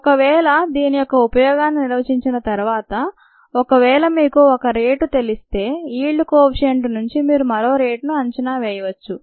ఒకవేళ దీని యొక్క ఉపయోగాన్ని నిర్వచించిన తరువాత ఒకవేళ మీకు 1 రేటు తెలిస్తే ఈల్డ్ కోఎఫిషెంట్ నుంచి మీరు మరో రేటును అంచనా వేయవచ్చు